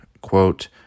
quote